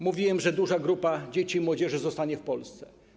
Mówiłem, że duża grupa dzieci i młodzieży zostanie w Polsce.